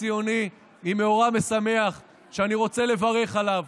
ציוני היא מאורע משמח שאני רוצה לברך עליו.